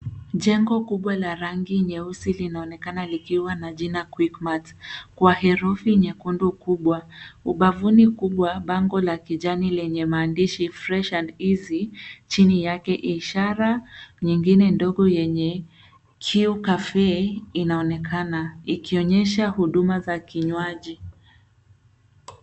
Jengo kubwa la rangi nyeusi linaonekana likiwa na jina QuickMart kwa herufi nyekundu kubwa. Ubavuni kubwa bango la kijani lenye maandishi fresh and easy . Chini yake ishara nyingine ndogo yenye Q cafe inaonekana ikionyesha huduma za kinywaji.